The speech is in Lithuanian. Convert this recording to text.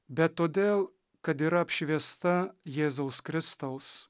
bet todėl kad yra apšviesta jėzaus kristaus